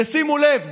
ושימו לב,